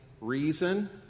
reason